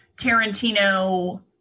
Tarantino